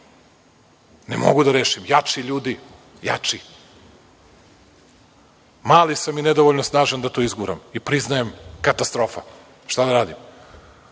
Ne mogu da rešim. Jači ljudi, jači. Mali sam i nedovoljno snažan da to izguram i priznajem – katastrofa. Šta da radim? Vi